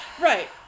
Right